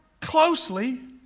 closely